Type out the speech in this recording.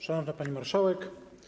Szanowna Pani Marszałek!